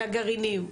לגרעינים,